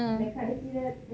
um